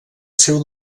seu